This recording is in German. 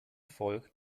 volk